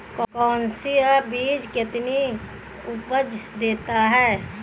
कौन सा बीज कितनी उपज देता है?